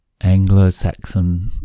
Anglo-Saxon